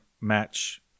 match